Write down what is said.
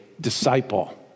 disciple